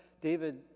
david